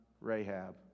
Rahab